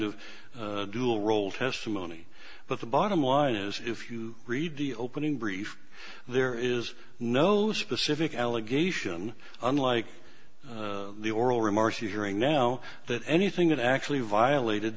of dual role testimony but the bottom line is if you read the opening brief there is no specific allegation unlike the oral remarks you hearing now that anything that actually violated